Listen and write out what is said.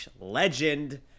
legend